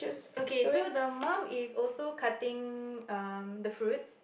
okay so the mum is also cutting um the fruits